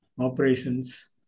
operations